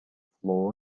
floor